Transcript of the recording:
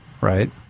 right